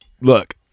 Look